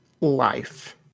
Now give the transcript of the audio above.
life